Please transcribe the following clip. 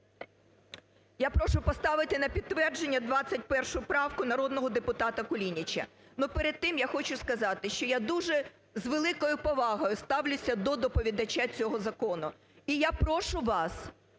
Я прошу поставити на підтвердження 21 правку народного депутата Кулініча. Но перед тим, я хочу сказати, що я дуже з великою повагою ставлюся до доповідача цього закону. І я прошу вас